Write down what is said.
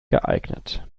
geeignet